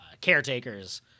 caretakers